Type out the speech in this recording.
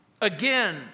Again